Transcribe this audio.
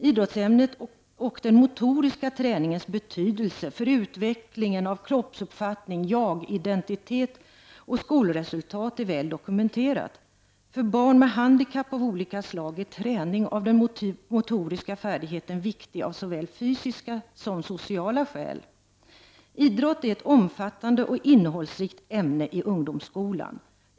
Idrottsämnet och den motoriska träningens betydelse för utvecklingen av kroppsuppfattning, jagidentitet och skolresultat är väl dokumenterat. För barn med handikapp av olika slag är träning av den motoriska färdigheten viktig av såväl fysiska som sociala skäl. Idrott är ett omfattande och innehållsrikt ämne i ungdomsskolan.